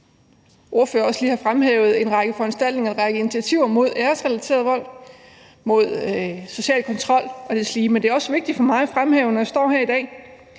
ordfører også lige har fremhævet, en række foranstaltninger og initiativer mod æresrelateret vold, mod social kontrol og deslige, men det er også vigtigt for mig at fremhæve, når jeg står her i dag,